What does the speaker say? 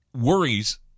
worries